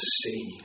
see